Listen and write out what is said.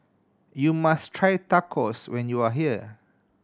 you must try Tacos when you are here